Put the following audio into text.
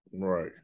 Right